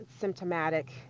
symptomatic